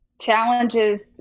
challenges